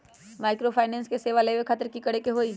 Microfinance के सेवा लेबे खातीर की करे के होई?